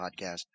Podcast